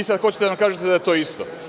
Vi sad hoćete da nam kažete da je to isto.